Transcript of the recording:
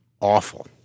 awful